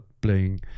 playing